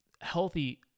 healthy